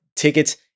Tickets